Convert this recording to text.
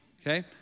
Okay